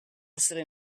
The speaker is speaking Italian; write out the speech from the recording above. essere